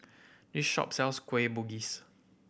this shop sells Kueh Bugis